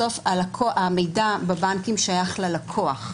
בסוף המידע בבנקים שייך ללקוח.